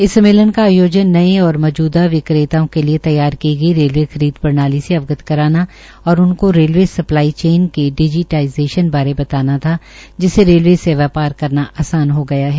इस सम्मेलन का आयोजन नए और मौजूदा विक्रेता के लिये तैयार की गई रेलवे खरीद प्रणाली से अवगत कराना और उनको रेलवे सप्लाई चेन के डिजीटाईज़ेशन बारे बताना था जिससे रेलवे से व्यापार करना आसान हो गया है